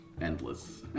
Endless